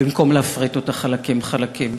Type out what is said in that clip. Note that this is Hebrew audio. במקום להפריט אותה חלקים-חלקים.